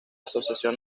asociación